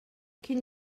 can